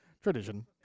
tradition